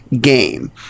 game